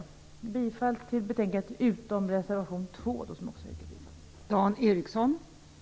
Jag yrkar bifall till utskottets hemställan utom till reservation 2 som jag också yrkar bifall till.